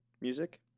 music